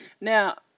Now